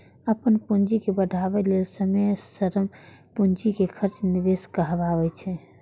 अपन पूंजी के बढ़ाबै लेल समय, श्रम, पूंजीक खर्च निवेश कहाबै छै